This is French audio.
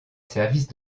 service